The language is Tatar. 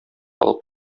алып